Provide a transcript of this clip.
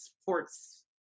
sports